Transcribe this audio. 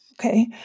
Okay